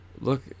Look